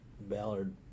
Ballard